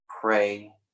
pray